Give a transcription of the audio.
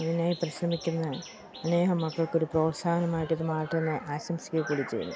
അതിനായി പരിശ്രമിക്കുന്ന അനേകം മക്കൾക്കൊരു പ്രോത്സാഹനമായിട്ടിതു മാറട്ടേയെന്നു ആശംസിക്കുക കൂടി ചെയ്യുന്നു